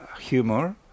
humor